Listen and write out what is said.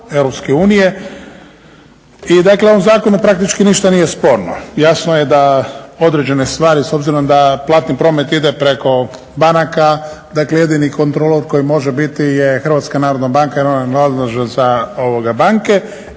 I dakle u ovom zakonu praktički ništa nije sporno. Jasno je da određene stvari s obzirom da platni promet ide preko banaka, dakle, jedini kontrolor koji može biti je Hrvatska narodna banka jer je ona nadležna za banke